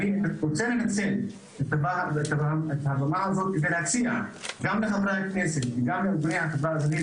אני רוצה לנצל את הבמה הזאת ולהציע גם לחברי הכנסת וגם לבני החברה הערבית